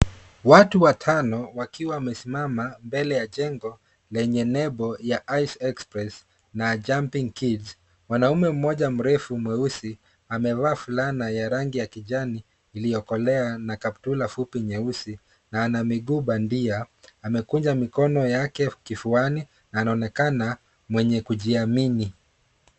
Watu watano wakiwa wamesimama mbele ya jengo lenye nembo ya icexpress na jumping kids . Mwanaume mmoja mrefu mweusi amevaa fulana ya rangi ya kijani iliyokolea na kaptura fupi nyeusi na ana miguu bandia. Amekunja mikono yake kifuani na anaonekana mwenye kujiamini.